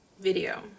video